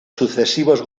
sucesivos